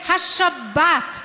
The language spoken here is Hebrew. והשבת,